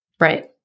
Right